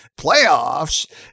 playoffs